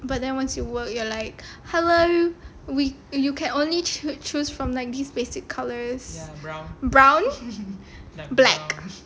but then once you work you are like hello you can only choose from like this basic colours brown black